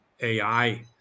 AI